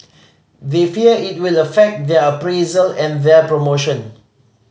they fear it will affect their appraisal and their promotion